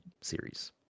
series